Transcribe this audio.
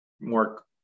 more